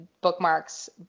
bookmarks